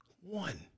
One